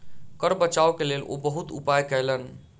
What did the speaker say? कर बचाव के लेल ओ बहुत उपाय कयलैन